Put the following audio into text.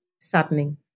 Saddening